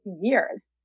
years